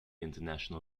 international